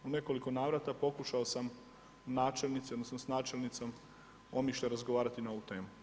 U nekoliko navrata pokušao sam načelnici odnosno s načelnicom Omišlja razgovarati na ovu temu.